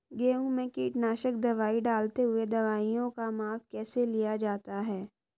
गेहूँ में कीटनाशक दवाई डालते हुऐ दवाईयों का माप कैसे लिया जाता है?